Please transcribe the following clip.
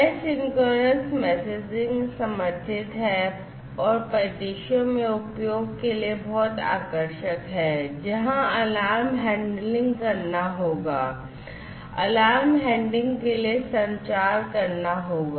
Asynchronous messaging समर्थित है और परिदृश्यों में उपयोग के लिए बहुत आकर्षक है जहां अलार्म हैंडलिंग करना होगा अलार्म हैंडलिंग के लिए संचार करना होगा